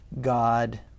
God